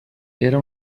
era